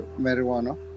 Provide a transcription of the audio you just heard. marijuana